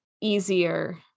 easier